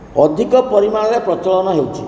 ଅଧିକ ପରିମାଣରେ ପ୍ରଚଳନ ହେଉଛି